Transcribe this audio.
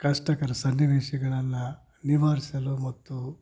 ಕಷ್ಟಕರ ಸನ್ನಿವೇಶಗಳನ್ನು ನಿವಾರಿಸಲು ಮತ್ತು